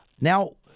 Now